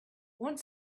want